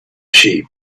sheep